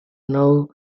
now